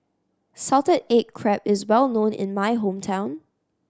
salted egg crab is well known in my hometown